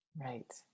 Right